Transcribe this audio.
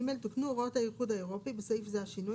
(ג) תוקנו הוראות האיחוד האירופי (בסעיף זה השינוי),